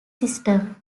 system